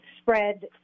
spread